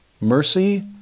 Mercy